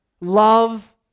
Love